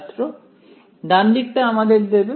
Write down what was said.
ছাত্র ডান দিকটা আমাদের দেবে